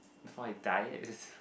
before I die it's